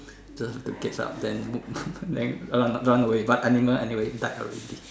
just to catch up then move then run run away but animal anyway died already